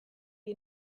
you